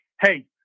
hey